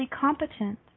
competent